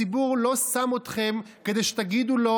הציבור לא שם אתכם כדי שתגידו לו: